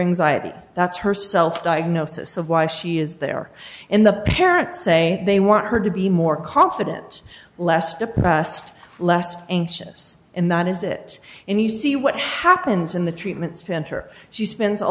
anxiety that's her self diagnosis of why she is there in the parent say they want her to be more confident less depressed less anxious and that is it and you see what happens in the treatments banter she spends a